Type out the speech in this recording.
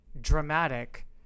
dramatic